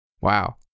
Wow